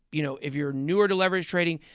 you know, if you're newer to leverage trading,